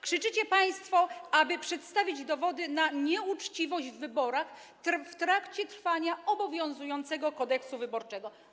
Krzyczycie państwo, aby przedstawić dowody na nieuczciwość w wyborach w trakcie funkcjonowania obowiązującego Kodeksu wyborczego.